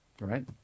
Right